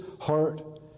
heart